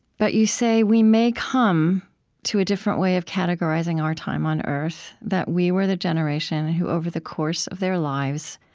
but you say we may come to a different way of categorizing our time on earth that we were the generation who, over the course of their lives,